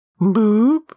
Boop